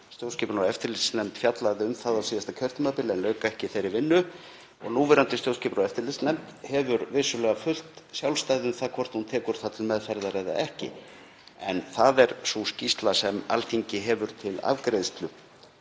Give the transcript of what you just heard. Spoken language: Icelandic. Stjórnskipunar- og eftirlitsnefnd fjallaði um það á síðasta kjörtímabili en lauk ekki þeirri vinnu. Núverandi stjórnskipunar- og eftirlitsnefnd hefur vissulega fullt sjálfstæði um það hvort hún tekur það til meðferðar eða ekki. En það er sú skýrsla sem Alþingi hefur til afgreiðslu